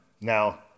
now